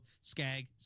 Skag